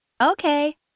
Okay